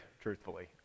truthfully